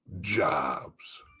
jobs